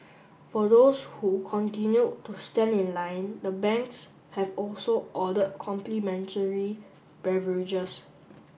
for those who continued to stand in line the banks have also ordered complimentary beverages